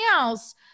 else